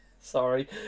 Sorry